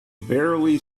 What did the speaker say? barely